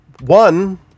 One